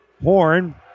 Horn